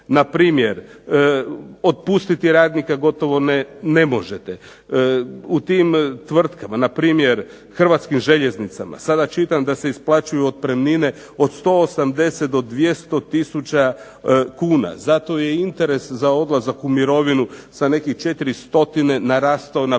Npr., otpustiti radnika gotovo ne možete, u tim tvrtkama npr. "Hrvatskim željeznicama" sada čitam da se isplaćuju otpremnine od 180 do 200 tisuća kuna. Zato je i interes za odlazak u mirovinu sa nekih 400 narastao na preko